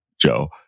Joe